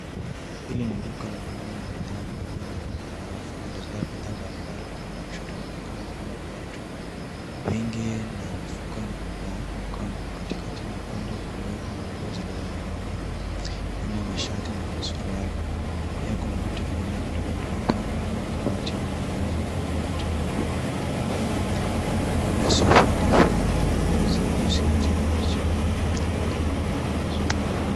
Hili ni duka la nguo na bidhaa nyingine, kuna rafu zilizojaa bidhaa mbalimbali. Upande wa kushoto unaonekana kuwa na viatu vingi na mifuko ya mikono. Katikati na upande wa kulia, kuna nguo zilizoning'inia ikiwemo mashati na suruali. Pia kuna vitu vingine vidogo vilivyopangwa kwenye makabati na vioo labda vito na mapambo. Kuna sofa ndefu ya ngozi nyeusi katika picha. Duka limepangwa vizuri.